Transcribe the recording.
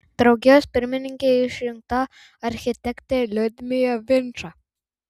draugijos pirmininke išrinkta architektė liudmila vinča